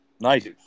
Nice